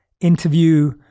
interview